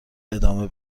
ادامه